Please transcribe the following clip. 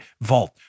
Vault